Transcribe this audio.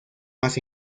más